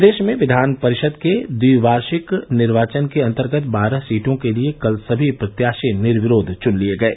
प्रदेश में विधान परिषद के ट्विवार्षिक निर्वाचन के अन्तर्गत बारह सीटों के लिए कल सभी प्रत्याशी निर्विरोध चुन लिये गये